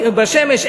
לשמש,